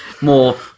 more